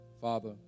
Father